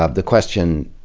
ah the question,